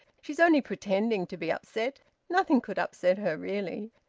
she's only pretending to be upset. nothing could upset her, really.